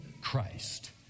Christ